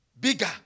bigger